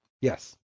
Yes